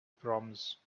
proms